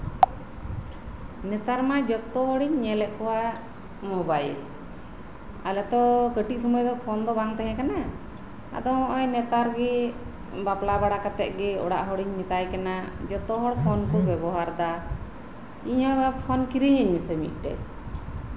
ᱱᱮᱛᱟᱨ ᱢᱟ ᱡᱚᱛᱚ ᱦᱚᱲᱤᱧ ᱧᱮᱞᱮᱫ ᱠᱚᱣᱟ ᱢᱳᱵᱟᱭᱤᱞ ᱟᱞᱮ ᱛᱚ ᱠᱟᱹᱴᱤᱡ ᱥᱚᱢᱚᱭ ᱫᱚ ᱯᱷᱳᱱ ᱫᱚ ᱵᱟ ᱛᱟᱦᱮᱸ ᱠᱟᱱᱟ ᱟᱫᱚ ᱦᱚᱜᱼᱚᱭ ᱱᱮᱛᱟᱨ ᱜᱮ ᱵᱟᱯᱞᱟ ᱵᱟᱲᱟ ᱠᱟᱛᱮ ᱜᱮ ᱚᱲᱟᱜ ᱦᱚᱲᱤᱧ ᱢᱮᱛᱟᱭ ᱠᱟᱱᱟ ᱡᱚᱛᱚ ᱦᱚᱲ ᱯᱷᱳᱱ ᱠᱚ ᱵᱮᱣᱦᱟᱨᱮᱫᱟ ᱤᱧ ᱦᱚᱸ ᱯᱷᱳᱱ ᱠᱤᱨᱤᱧᱟᱹᱧ ᱢᱮᱥᱮ ᱢᱤᱫᱴᱟᱹᱝ